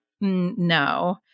no